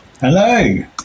Hello